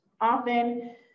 often